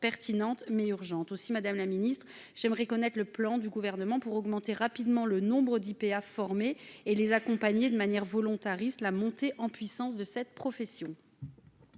mettre en oeuvre urgemment. Aussi, madame la secrétaire d'État, aimerais-je connaître le plan du Gouvernement pour augmenter rapidement le nombre d'IPA formés et accompagner de manière volontariste la montée en puissance de cette profession.